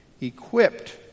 equipped